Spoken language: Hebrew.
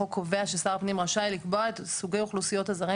החוק קובע ששר הפנים רשאי לקבוע את סוגי אוכלוסיות הזרים